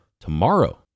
tomorrow